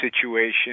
situation